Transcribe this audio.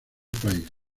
país